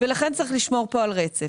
לכן צריך לשמור פה על רצף